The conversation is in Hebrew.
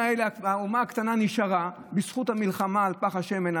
האומה הקטנה של היהודים האלה נשארה בזכות המלחמה על פך השמן,